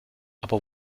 aber